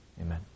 Amen